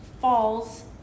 falls